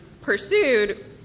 pursued